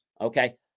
Okay